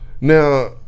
Now